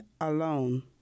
alone